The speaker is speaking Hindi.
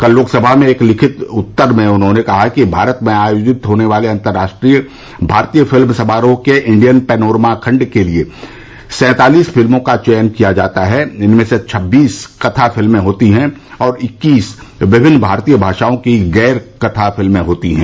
कल लोकसभा में एक लिखित उत्तर में उन्होंने कहा कि भारत में आयोजित होने वाले अंतर्राष्ट्रीय भारतीय फिल्म समारोह के इंडियन पेनोरमा खण्ड के लिए सँतालिस फिल्मों का चयन किया जाता है इनमें से छबीस कथा फिल्में होती हैं और इक्कीस विभिन्न भारतीय भाषाओं की गैर कथा फिल्में होती हैं